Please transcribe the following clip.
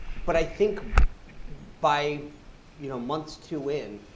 but i think by you know months two in,